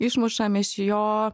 išmušam iš jo